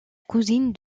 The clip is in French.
cousine